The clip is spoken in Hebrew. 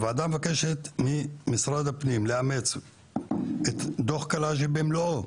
"הוועדה מבקשת ממשרד הפנים לאמץ את דוח קלעג'י במלואו